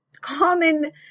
common